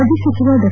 ಮಾಜಿ ಸಚಿವ ಡಾ